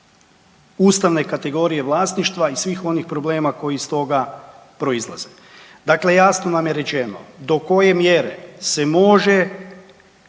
ustavne kategorije vlasništva i svih onih problema koji iz toga proizlaze. Dakle, jasno nam je rečeno do koje mjere se može